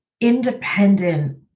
independent